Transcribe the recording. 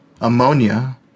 ammonia